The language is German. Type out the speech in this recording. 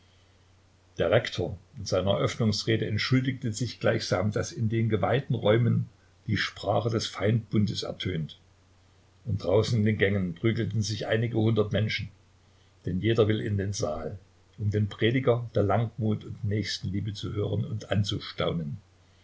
der rektor in seiner eröffnungsrede entschuldigt gleichsam daß in den geweihten räumen die sprache des feindbundes ertönt und draußen in den gängen prügeln sich einige hundert menschen denn jeder will in den saal um den prediger der langmut und nächstenliebe zu hören und anzustaunen